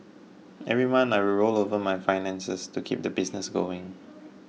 every month I would roll over my finances to keep the business going